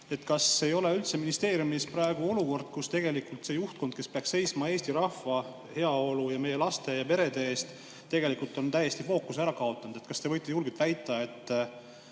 kas ei ole üldse ministeeriumis praegu olukord, kus see juhtkond, kes peaks seisma Eesti rahva heaolu ja meie laste ja perede eest, tegelikult on täiesti fookuse ära kaotanud? Kas te võite julgelt väita, et